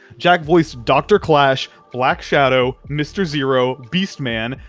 jack voiced dr. clash, black shadow, mr. zero, beast man,